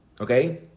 Okay